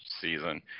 season